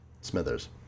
Smithers